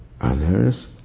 others